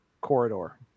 corridor